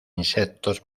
insectos